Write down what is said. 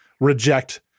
reject